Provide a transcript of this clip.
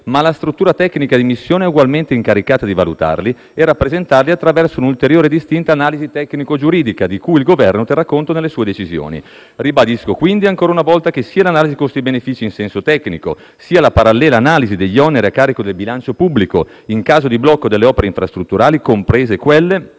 ma la struttura tecnica di missione è ugualmente incaricata di valutarli e rappresentarli attraverso una ulteriore e distinta analisi tecnico-giuridica, di cui il Governo terrà conto nelle sue decisioni. Ribadisco quindi ancora una volta che sia l'analisi costi-benefici in senso tecnico, sia la parallela analisi degli oneri a carico del bilancio pubblico in caso di blocco delle opere infrastrutturali, comprese quelle